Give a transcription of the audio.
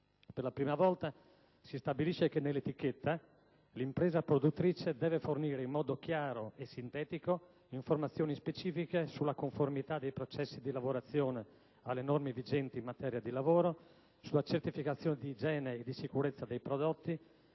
Per la prima volta si stabilisce che nell'etichetta l'impresa produttrice deve fornire in modo chiaro e sintetico informazioni specifiche sulla conformità dei processi di lavorazione alle norme vigenti in materia di lavoro, sulla certificazione di igiene e di sicurezza dei prodotti,